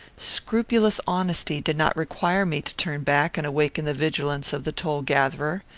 scrupulous honesty did not require me to turn back and awaken the vigilance of the toll-gatherer.